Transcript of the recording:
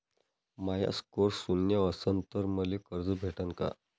माया score शून्य असन तर मले कर्ज भेटन का?